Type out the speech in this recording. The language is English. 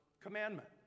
commandment